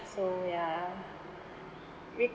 so ya re~